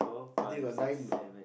I think_got nine lah